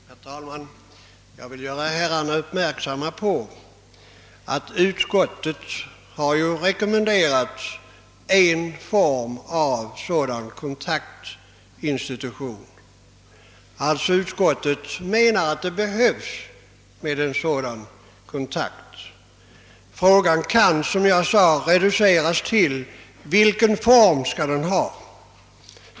Herr talman! Jag vill göra herrarna uppmärksamma på att även utskottet har rekommenderat en form av sådan kontaktinstitution. Utskottet menar alltså att sådan kontakt behövs. Frågan kan — som jag sade — reduceras till vilken form denna institution skall ha.